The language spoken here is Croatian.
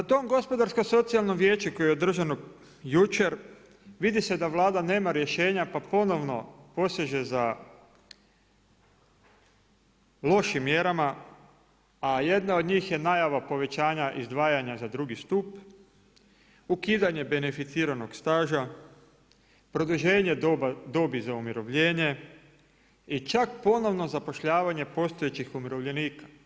Na tom Gospodarsko-socijalnom vijeću koje je održano jučer, vidi se da Vlada nema rješenja, pa ponovno poseže za lošim mjerama, a jedna od njih je najava povećanja izdvajanja za drugi stup, ukidanje beneficiranog staža, produženje dobi za umirovljenje, i čak ponovno zapošljavanje postojećih umirovljenika.